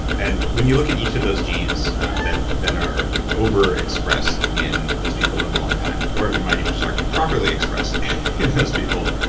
and when you look at each of those genes that that are over expressed in those people live a long time or you might even just argue properly expressed in those people,